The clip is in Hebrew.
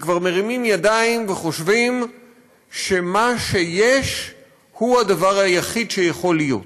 שכבר מרימים ידיים וחושבים שמה שיש הוא הדבר היחיד שיכול להיות.